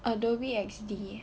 Adobe X_D